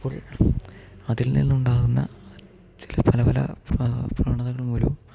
അപ്പോൾ അതിൽ നിന്ന് ഉണ്ടാകുന്ന ചില പല പല പ്രവണതകൾ മൂലം